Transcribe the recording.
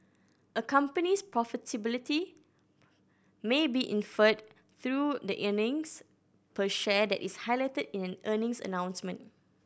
a company's profitability may be inferred through the earnings per share that is highlighted in an earnings announcement